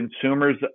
consumers